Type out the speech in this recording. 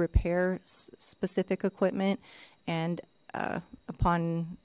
repair specific equipment and upon